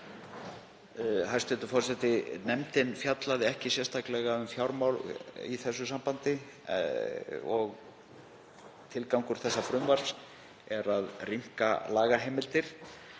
Hæstv. forseti. Nefndin fjallaði ekki sérstaklega um fjármál í þessu sambandi og tilgangur frumvarpsins er að rýmka lagaheimildir.